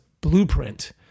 blueprint